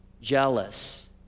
jealous